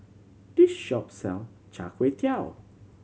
this shop sell chai kway tow